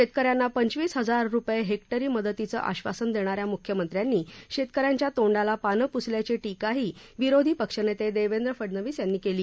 शेतकऱ्यांना पंचवीस हजार रुपये हेक्टरी मदतीचं आश्वासन देणाऱ्या मुख्यमंत्र्यांनी शेतकऱ्यांच्या तोंडाला पानं पुसल्याची टीकाही विरोधी पक्षनेते देवेंद्र फडनवीस यांनी केली